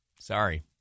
sorry